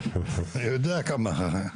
אני יודע כמה.